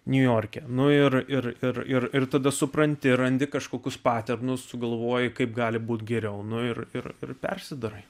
niujorke nu ir ir ir ir tada supranti randi kažkokius paternus sugalvoji kaip gali būti geriau nu ir ir ir persidarai